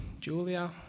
Julia